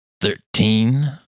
Thirteen